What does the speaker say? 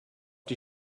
die